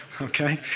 Okay